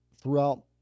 throughout